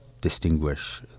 distinguish